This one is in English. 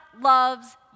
loves